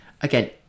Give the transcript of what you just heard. Again